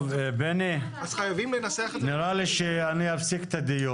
בני, נראה לי שאני אפסיק את הדיון.